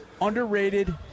Underrated